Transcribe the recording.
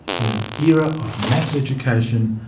in an era of mass education,